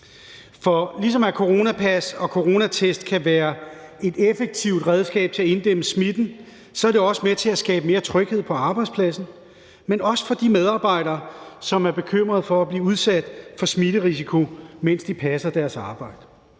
For ligesom coronapas og coronatest kan være et effektivt redskab til at inddæmme smitten, er det også med til at skabe mere tryghed på arbejdspladsen, også for de medarbejdere, som er bekymrede for at blive udsat for smitterisiko, mens de passer deres arbejde.